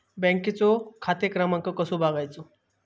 बँकेचो खाते क्रमांक कसो बगायचो?